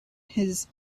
his